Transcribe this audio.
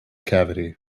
cavity